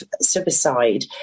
suicide